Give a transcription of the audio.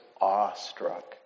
awestruck